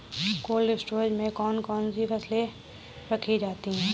Cold storage में कौन कौन सी फसलें रखी जाती हैं?